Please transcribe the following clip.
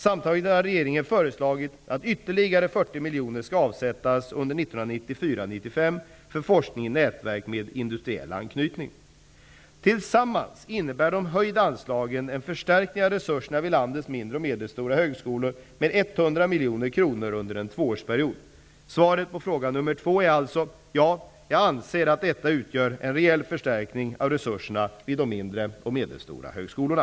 Samtidigt har regeringen föreslagit att ytterligare 40 miljoner skall avsättas under 1994/95 för forskning i nätverk med industriell anknytning. Tillsammans innebär de höjda anslagen en förstärkning av resurserna vid landets mindre och medelstora högskolor med 100 miljoner kronor under en tvåårsperiod. Svaret på fråga nummer två är: Ja, jag anser att detta utgör en reell förstärkning av resurserna för de mindre och medelstora högskolorna.